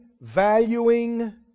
valuing